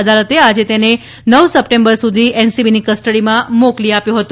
અદાલતે આજે તેને નવ સપ્ટેમ્બર સુધી એનસીબીની કસ્ટડીમાં મોકલી આપ્યો હતો